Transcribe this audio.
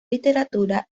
literatura